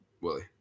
Willie